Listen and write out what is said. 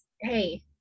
hey